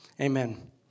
Amen